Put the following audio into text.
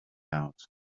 out